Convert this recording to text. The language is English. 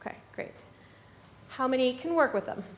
ok great how many can work with them